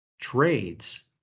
trades